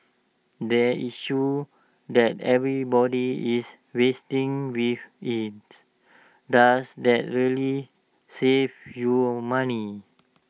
the issue that everybody is wrestling with is does that really save you money